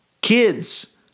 kids